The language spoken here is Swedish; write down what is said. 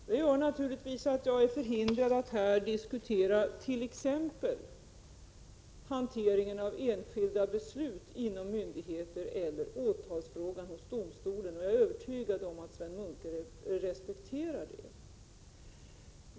Det gör naturligtvis att jag är förhindrad att här diskutera t.ex. hanteringen av enskilda beslut inom myndigheter eller åtalsfrågan hos domstol. Jag är övertygad om att Sven Munke respekterar det.